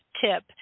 tip